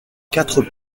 quatre